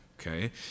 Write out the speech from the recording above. okay